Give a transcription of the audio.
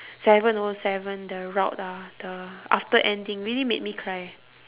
seven oh seven the route ah the after ending really made me cry